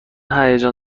هیجان